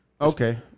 Okay